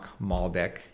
Malbec